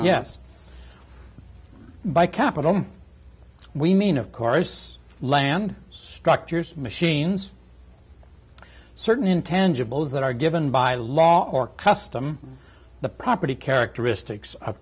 yes by capital we mean of course land structures machines certain intended bills that are given by law or custom the property characteristics